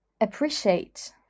appreciate